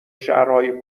شهرهای